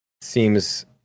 seems